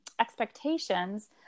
expectations